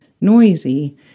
noisy